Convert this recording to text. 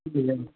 Gulshan